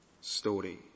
story